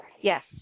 Yes